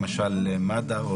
כמו למשל מד"א.